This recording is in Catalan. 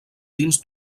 dins